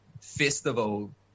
festival